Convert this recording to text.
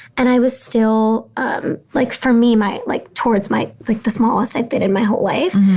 and i was still um like for me, my like towards my, like the smallest i've been in my whole life.